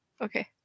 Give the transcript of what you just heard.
Okay